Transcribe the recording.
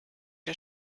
der